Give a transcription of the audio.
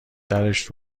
درش